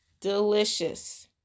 Delicious